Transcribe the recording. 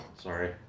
Sorry